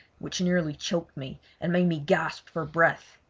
which nearly choked me, and made me gasp for breath.